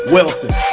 Wilson